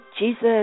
Jesus